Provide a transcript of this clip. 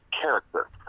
character